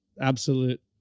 absolute